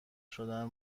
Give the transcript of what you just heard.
شدن